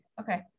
Okay